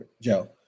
Joe